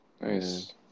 nice